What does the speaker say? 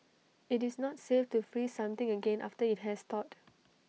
IT is not safe to freeze something again after IT has thawed